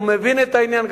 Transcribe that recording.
הוא מבין את העניין.